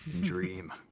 Dream